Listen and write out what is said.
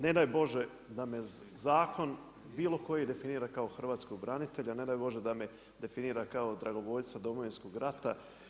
Ne daj bože da me zakon bilo koji definira kao hrvatskog branitelja, ne daj bože da me definira kao dragovoljca Domovinskog rata.